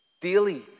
daily